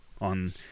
On